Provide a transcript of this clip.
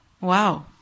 Wow